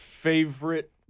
Favorite